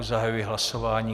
Zahajuji hlasování.